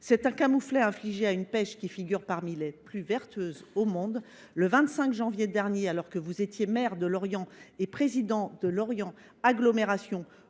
c’est un camouflet infligé à une pêche qui figure parmi les plus vertueuses au monde. Le 25 janvier dernier, alors que vous étiez maire de Lorient et président de Lorient Agglomération,